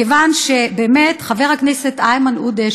כיוון שחבר הכנסת איימן עודה,